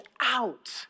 out